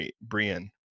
Brian